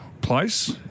place